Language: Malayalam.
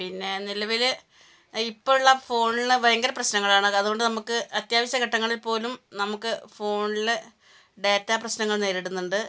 പിന്നെ നിലവിൽ ഇപ്പുള്ള ഫോണിൽ ഭയങ്കര പ്രശ്നങ്ങളാണ് അതുകൊണ്ട് നമുക്ക് അത്യാവശ്യ ഘട്ടങ്ങളിൽ പോലും നമുക്ക് ഫോൺൽ ഡേറ്റാ പ്രശ്നങ്ങൾ നേരിടുന്നുണ്ട്